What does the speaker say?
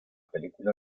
película